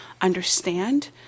understand